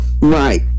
Right